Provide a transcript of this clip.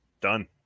done